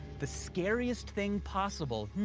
the scariest thing possible